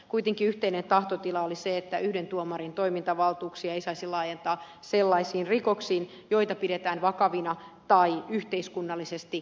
kuitenkin yhteinen tahtotila oli se että yhden tuomarin toimintavaltuuksia ei saisi laajentaa sellaisiin rikoksiin joita pidetään vakavina tai yhteiskunnallisesti merkittävinä